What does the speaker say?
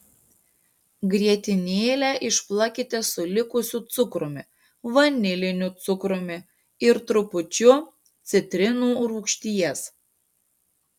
grietinėlę išplakite su likusiu cukrumi vaniliniu cukrumi ir trupučiu citrinų rūgšties